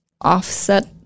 offset